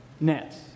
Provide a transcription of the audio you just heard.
nets